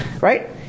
Right